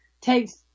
takes